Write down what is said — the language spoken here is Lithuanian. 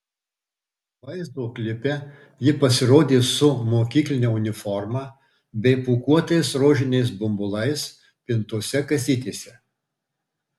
vaizdo klipe ji pasirodė su mokykline uniforma bei pūkuotais rožiniais bumbulais pintose kasytėse